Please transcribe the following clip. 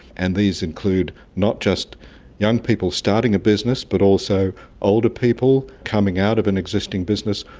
and these include not just young people starting a business but also older people coming out of an existing business,